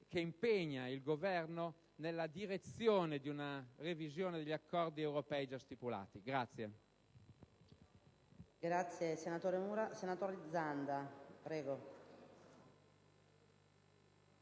che impegna il Governo nella direzione di una revisione degli accordi europei già stipulati.